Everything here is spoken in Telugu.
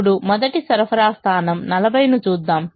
ఇప్పుడు మొదటి సరఫరా స్థానం 40 ను చూద్దాం